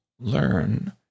learn